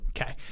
Okay